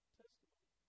testimony